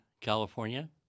California